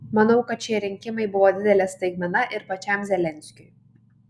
manau kad šie rinkimai buvo didelė staigmena ir pačiam zelenskiui